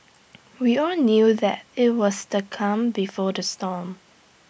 we all knew that IT was the calm before the storm